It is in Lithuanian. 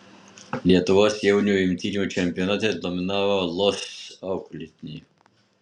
lietuvos jaunių imtynių čempionate dominavo losc auklėtiniai